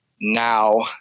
Now